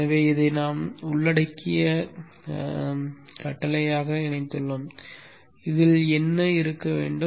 எனவே இதை நாம் உள்ளடக்கிய கட்டளையாக இணைத்துள்ளோம் இதில் என்ன இருக்க வேண்டும்